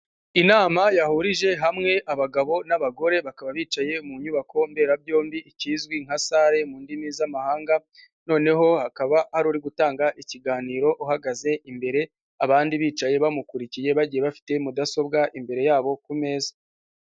Inama yahurije hamwe abagabo n'abagore bakaba bicaye mu nyubako mberabyombi, ikizwi nka sale mu ndimi z'amahanga. Noneho hakaba hari uri gutanga ikiganiro uhagaze imbere, abandi bicaye bamukurikiye bagiye bafite mudasobwa imbere yabo ku meza.